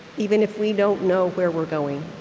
even if we don't know where we're going